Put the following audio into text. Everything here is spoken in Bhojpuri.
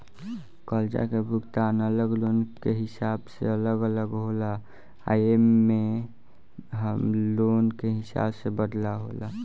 कर्जा के भुगतान अलग लोन के हिसाब से अलग अलग होला आ एमे में हर लोन के हिसाब से बदलाव होला